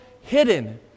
hidden